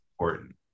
important